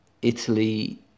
Italy